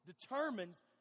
determines